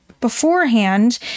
beforehand